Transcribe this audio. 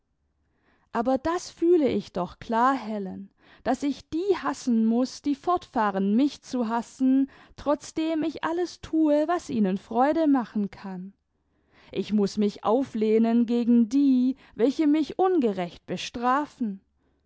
aber das fühle ich doch klar helen daß ich die hassen muß die fortfahren mich zu hassen trotzdem ich alles thue was ihnen freude machen kann ich muß mich auflehnen gegen die welche mich ungerecht bestrafen